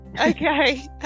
okay